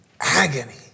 Agony